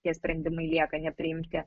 tie sprendimai lieka nepriimti